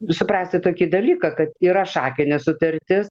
suprasti tokį dalyką kad yra šakinė sutartis